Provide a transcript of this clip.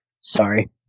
Sorry